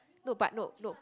no but no no